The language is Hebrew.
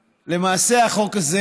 למעשה, החוק הזה